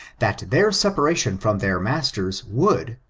that their separation from their masters would,